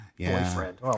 boyfriend